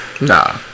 Nah